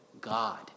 God